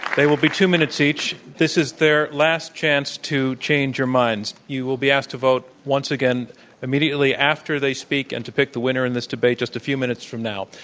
will be two minutes, each. this is their last chance to change your mind. you will be asked to vote once again immediately after they speak and to pick the winner in this debate just a few minutes from now.